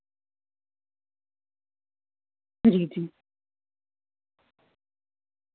जी जी